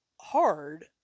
hard